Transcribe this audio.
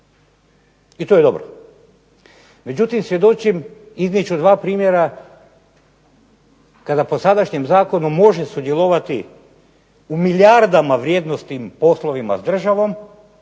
i to je dobro. Međutim, svjedočim, iznijet ću dva primjera kada po sadašnjem zakonu može sudjelovati u milijardama vrijednosnim poslovima s državom